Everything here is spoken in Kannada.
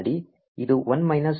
ಇದು 1 ಮೈನಸ್ 1